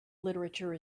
literature